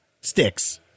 sticks